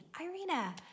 Irina